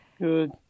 Good